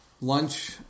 lunch